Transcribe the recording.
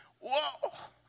whoa